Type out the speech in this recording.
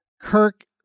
Kirk